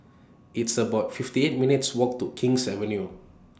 It's about fifty eight minutes' Walk to King's Avenue